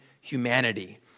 humanity